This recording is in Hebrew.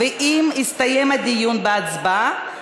"בהצבעה,